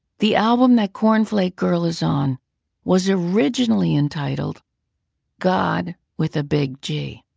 the album that cornflake girl is on was originally entitled god with a big g